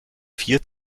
vier